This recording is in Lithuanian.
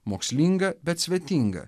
mokslinga bet svetinga